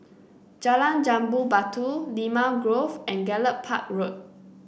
Jalan Jambu Batu Limau Grove and Gallop Park Road